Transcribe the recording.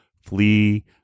flee